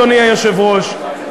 אדוני היושב-ראש,